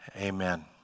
Amen